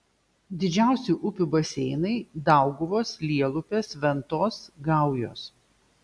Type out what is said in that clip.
didžiausi upių baseinai dauguvos lielupės ventos gaujos